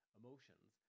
emotions